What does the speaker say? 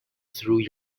through